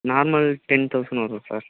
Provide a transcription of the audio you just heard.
normal ten thousand வரும் sir